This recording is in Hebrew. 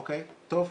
אוקיי, טוב.